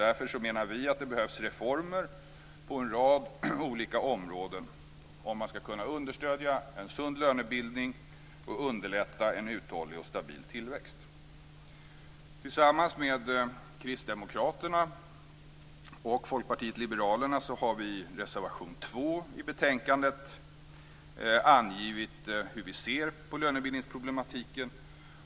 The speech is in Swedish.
Därför menar vi att det behövs reformer på en rad olika områden om man ska kunna understödja en sund lönebildning och underlätta en uthållig och stabil tillväxt. Tillsammans med Kristdemokraterna och Folkpartiet liberalerna har vi i reservation 2 i betänkandet angett hur vi ser på lönebildningsproblematiken.